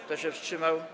Kto się wstrzymał?